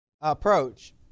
approach